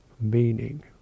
meaning